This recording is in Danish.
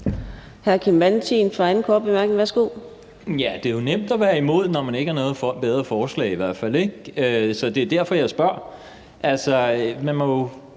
Det er jo nemt at være imod, i hvert fald når man ikke har noget bedre forslag,